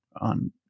on